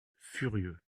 furieux